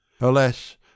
Alas